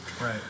Right